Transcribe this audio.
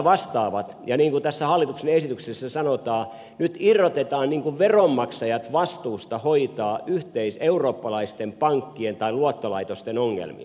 niin kuin tässä hallituksen esityksessä sanotaan nyt irrotetaan veronmaksajat vastuusta hoitaa yhteiseurooppalaisten pankkien tai luottolaitosten ongelmia